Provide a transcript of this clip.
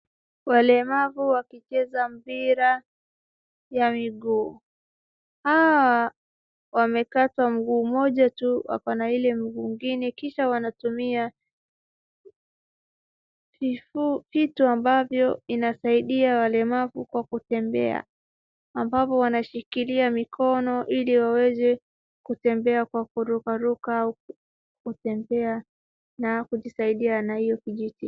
Walemavu wakicheza mpira wa miguu. Hawa wamekatwa mguu moja tu moja mguu moja tu wako na ile ingine kisha wanatumia vitu ambavyo vinasaidia walemavu kwa kutembea, ambapo wanashikilia mikono ili waweze kutembea kwa kurukaruka na kutembea na kujisaidia na hiyo kijiti.